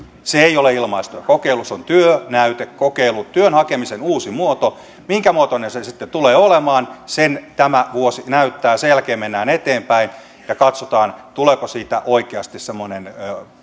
se ei ole ilmaistyökokeilu se on työnäytekokeilu työn hakemisen uusi muoto sen minkä muotoinen se sitten tulee olemaan tämä vuosi näyttää sen jälkeen mennään eteenpäin ja katsotaan tuleeko siitä oikeasti semmoinen